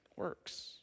works